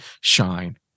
shine